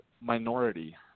minority